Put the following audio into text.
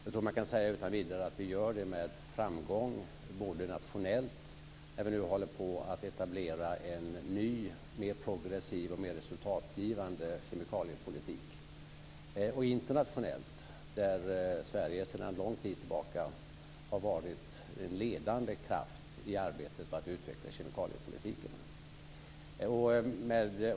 Jag tror att man utan vidare kan säga att vi gör det med framgång både nationellt, när vi nu håller på att etablera en ny och mer progressiv och mer resultatgivande kemikaliepolitik, och internationellt där Sverige sedan lång tid tillbaka har varit en ledande kraft i arbetet med att utveckla kemikaliepolitiken.